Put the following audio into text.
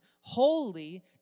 holy